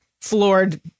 floored